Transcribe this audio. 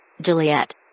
Juliet